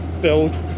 build